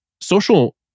social